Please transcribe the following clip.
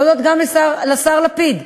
ולהודות גם לשר לפיד,